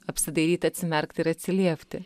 apsidairyt atsimerkt ir atsiliepti